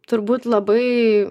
turbūt labai